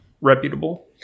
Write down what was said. reputable